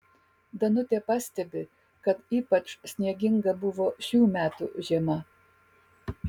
danutė pastebi kad ypač snieginga buvo šių metų žiema